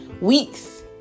weeks